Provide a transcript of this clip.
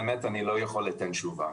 אני לא יכול לתת תשובה.